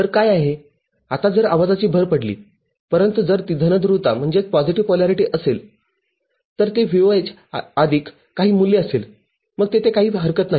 तर काय आहे आता जर आवाजाची भर पडली परंतु जर ती धन ध्रुवताअसेल तर ते VOH आदिक काही मूल्य असेल मग तेथे काही हरकत नाही